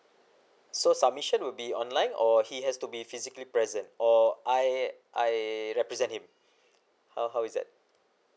so submission will be online or he has to be physically present or I I represent him how how is that